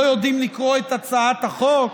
לא יודעים לקרוא את הצעת החוק?